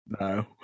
No